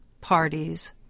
parties